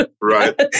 right